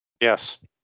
Yes